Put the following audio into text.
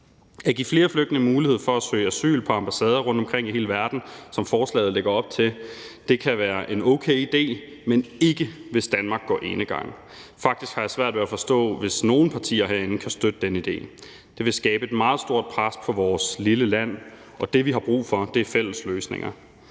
At give flere flygtninge mulighed for at søge asyl på ambassader rundtomkring i hele verden, som forslaget lægger op til, kan være en okay idé, men ikke, hvis Danmark går enegang. Faktisk har jeg svært ved at forstå, hvis nogen partier herinde kan støtte den idé. Det vil skabe et meget stort pres på vores lille land, og det, vi har brug for, er fælles løsninger.